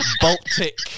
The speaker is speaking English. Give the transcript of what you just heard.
Baltic